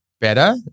better